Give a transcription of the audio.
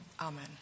Amen